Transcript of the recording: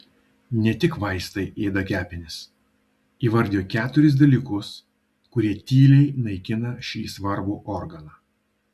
ne tik vaistai ėda kepenis įvardijo keturis dalykus kurie tyliai naikina šį svarbų organą